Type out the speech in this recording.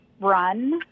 run